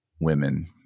women